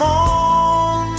on